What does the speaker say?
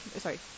sorry